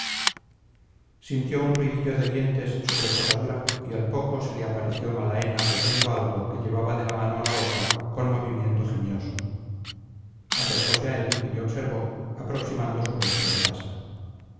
sintió un ruidillo de dientes sobre cosa dura y a poco se le apareciómalaena royendo algo que llevaba de la mano a la boca con movimiento jimioso acercose a él y le observó aproximando su rostro de pasa